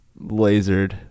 lasered